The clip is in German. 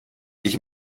ich